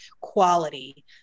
quality